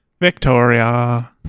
Victoria